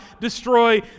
destroy